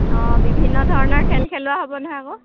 অঁ বিভিন্ন ধৰণৰ খেল খেলুৱা হ'ব নহয় আকৌ